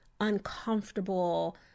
uncomfortable